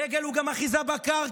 דגל הוא גם אחיזה בקרקע,